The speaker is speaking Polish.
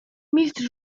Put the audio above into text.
mistrz